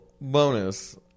bonus